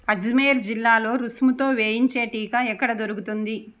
అజ్మేర్ జిల్లాలో రుసుముతో వేయించే టీకా ఎక్కడ దొరుకుతుంది